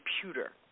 computer